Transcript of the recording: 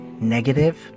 negative